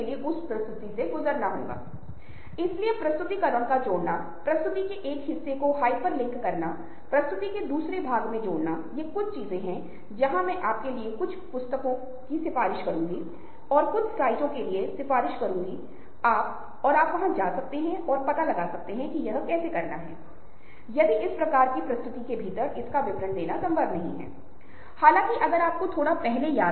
तो आप देखते हैं कि किसी को दंगे की पहली रात गोली मार दी जाती है और बहुत सारे ट्वीट और ट्वीट्स के आधार पर जैसा कि हम स्थान की विशिष्टता और समय की विशिष्टता के बारे में बात कर रहे थे लोग उन विशेष क्षेत्रों में जाते हैं और ट्वीट्स के माध्यम से वे जानते हैं कि कहां अभिसरण करना है कहां सहभागिता करना है कहां शुरू करना है क्या करना है